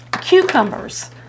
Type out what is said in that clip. cucumbers